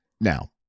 Now